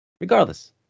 Regardless